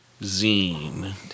zine